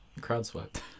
crowd-swept